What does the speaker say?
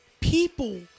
People